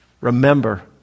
remember